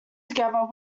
together